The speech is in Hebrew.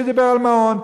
שדיבר על מעון,